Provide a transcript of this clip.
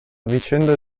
vicenda